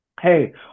hey